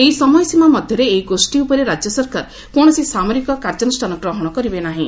ଏହି ସମୟ ସୀମା ମଧ୍ୟରେ ଏହି ଗୋଷ୍ଠୀ ଉପରେ ରାଜ୍ୟ ସରକାର କୌଣସି ସାମରିକ କାର୍ଯ୍ୟାନୁଷ୍ଠାନ ଗ୍ରହଣ କରିବେ ନାହିଁ